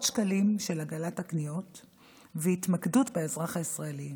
שקלים של עגלת הקניות והתמקדות באזרח הישראלי.